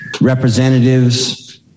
Representatives